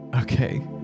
Okay